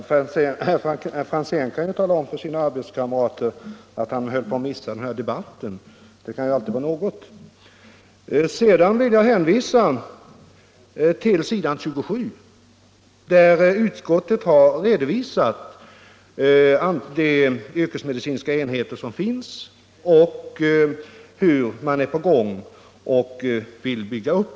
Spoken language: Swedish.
Herr talman! Herr Franzén i Stockholm kan till att börja med tala om för sina arbetskamrater att han höll på att missa den här debatten - det är ju alltid något! Sedan vill jag hänvisa till s. 27 i betänkandet, där utskottet har redovisat de yrkesmedicinska enheter som redan finns och hur yrkesmedicinens organisation håller på att byggas ut.